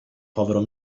povero